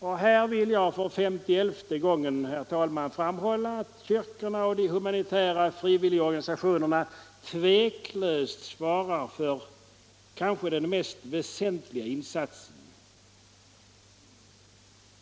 Och här vill jag för femtioelfte gången, herr talman, framhålla att kyrkorna och de humanitära frivilligorganisationerna tveklöst svarar för den kanske mest väsentliga insatsen.